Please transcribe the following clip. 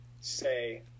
say